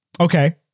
Okay